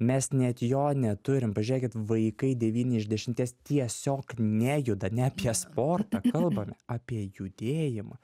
mes net jo neturim pažiūrėkit vaikai devyni iš dešimties tiesiog nejuda ne apie sportą kalbame apie judėjimą